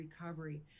recovery